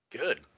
Good